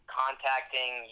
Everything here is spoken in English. contacting